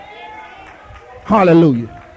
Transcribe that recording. Hallelujah